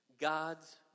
God's